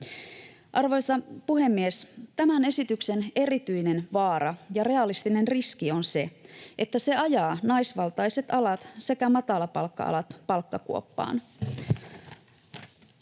Arvoisa puhemies! Tämän esityksen erityinen vaara ja realistinen riski on se, että se ajaa naisvaltaiset alat sekä matalapalkka-alat palkkakuoppaan.